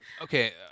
Okay